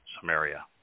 Samaria